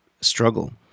struggle